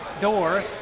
door